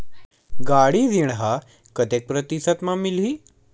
गाड़ी ऋण ह कतेक प्रतिशत म मिलही?